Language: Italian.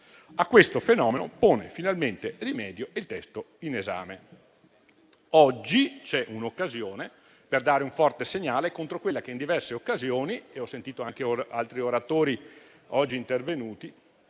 A questo fenomeno pone finalmente rimedio il testo in esame. Oggi c'è la possibilità di dare un forte segnale contro quella che in diverse occasioni - e ho sentito definirla così anche da altri oratori oggi intervenuti